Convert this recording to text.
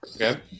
Okay